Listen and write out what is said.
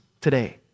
today